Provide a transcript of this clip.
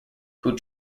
who